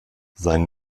sein